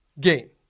gain